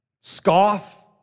scoff